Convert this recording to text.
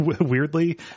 weirdly